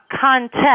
context